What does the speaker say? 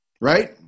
right